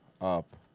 up